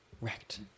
Wrecked